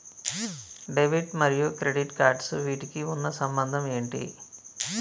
Debit మరియు credit cards వీటికి ఉన్న సంబంధం ఏంటి?